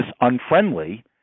unfriendly